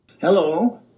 Hello